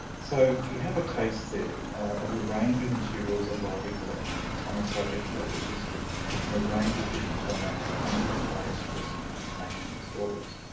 so you have a taste there of the range of materials of library collections on the subject of local history in a range of different formats and different ways to present information and stories.